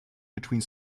between